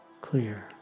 clear